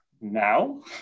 now